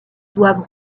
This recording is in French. doivent